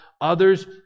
others